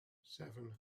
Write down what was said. seven